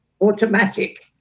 automatic